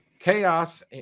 Chaos